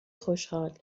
خوشحال